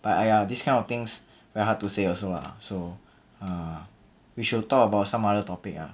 but !aiya! this kind of things very hard to say also so err we should talk about some other topic ah